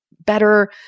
better